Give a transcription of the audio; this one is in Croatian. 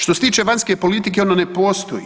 Što se tiče vanjske politike, ona ne postoji.